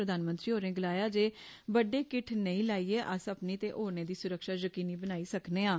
प्रधानमंत्री होरें गलाया जे बड्डे किट्ठ नेईं लाइयै अस अपनी ते होरनें दी सुरक्षा यकीनी बनाई सकने आं